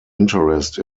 interest